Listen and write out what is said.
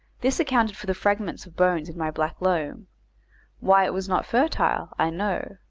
this accounted for the fragments of bones in my black loam why it was not fertile, i know,